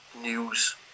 news